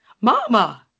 mama